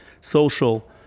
social